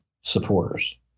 supporters